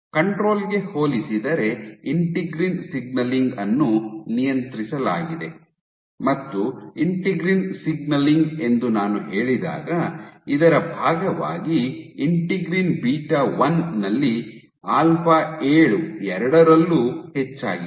control ಗೆ ಹೋಲಿಸಿದರೆ integrin signalling ಅನ್ನು ನಿಯಂತ್ರಿಸಲಾಗಿದೆ ಮತ್ತು ಇಂಟೆಗ್ರಿನ್ ಸಿಗ್ನಲಿಂಗ್ ಎಂದು ನಾನು ಹೇಳಿದಾಗ ಇದರ ಭಾಗವಾಗಿ integrin beta one Integrin beta 1 ನಲ್ಲಿ ಆಲ್ಫಾ ಏಳು ಎರಡರಲ್ಲೂ ಹೆಚ್ಚಾಗಿದೆ